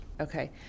Okay